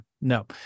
No